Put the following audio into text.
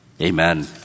Amen